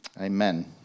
Amen